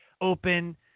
open